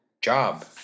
job